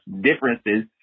differences